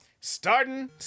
starting